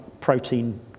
protein